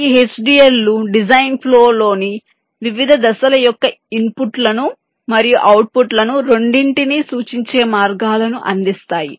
ఈ HDL లు design flow లోని వివిధ దశల యొక్క ఇన్పుట్లను మరియు అవుట్పుట్లను రెండింటినీ సూచించే మార్గాలను అందిస్తాయి